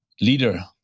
leader